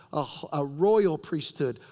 a royal priesthood.